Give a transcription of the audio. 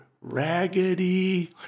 raggedy